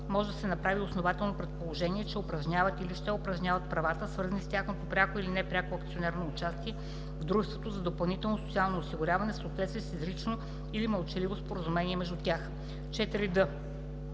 може да се направи основателно предположение, че упражняват или ще упражняват правата, свързани с тяхното пряко или непряко акционерно участие в дружеството за допълнително социално осигуряване, в съответствие с изрично или мълчаливо споразумение между тях. 4д.